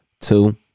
Two